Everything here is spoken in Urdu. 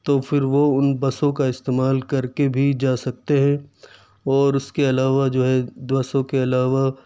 تو پھر وہ ان بسوں کا استعمال کر کے بھی جا سکتے ہیں اور اس کے علاوہ جو ہے بسوں کے علاوہ